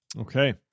Okay